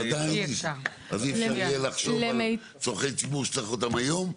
אז אי אפשר יהיה לחשוב על צורכי ציבור שצריך אותם היום,